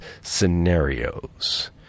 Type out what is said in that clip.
scenarios